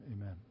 Amen